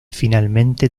finalmente